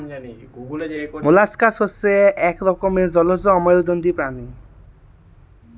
molluscs হচ্ছে এক রকমের জলজ অমেরুদন্ডী প্রাণী